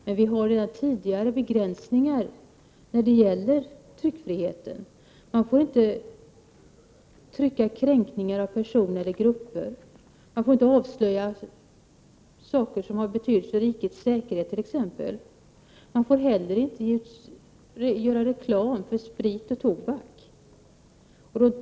Men det finns redan tidigare begränsningar i tryckfriheten. Man får t.ex. inte i tryck kränka personer eller grupper, och man får inte avslöja saker som har betydelse för rikets säkerhet. Man får heller inte göra reklam för sprit och tobak.